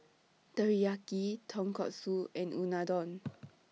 Teriyaki Tonkatsu and Unadon